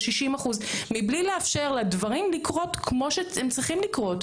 60% מבלי לאפשר לדברים לקרות כמו שהם צריכים לקרות.